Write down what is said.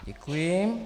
Děkuji.